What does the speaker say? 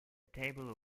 table